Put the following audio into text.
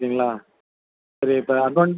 ஓகேங்ளா சரி இப்போ அட்வான்ஸ்